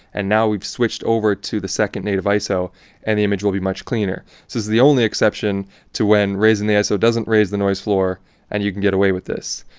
and now, we've switched over to the second native iso and the image will be much cleaner. so, this is the only exception to when raising the iso doesn't raise the noise floor and you can get away with this.